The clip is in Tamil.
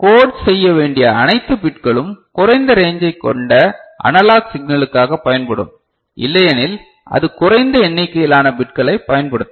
கோட் செய்ய வேண்டிய அணைத்து பிட்களும் குறைந்த ரேஞ்சை கொண்ட அனலாக் சிக்னலுக்காக பயன்படும் இல்லையெனில் அது குறைந்த எண்ணிக்கையிலான பிட்களைப் பயன்படுத்தும்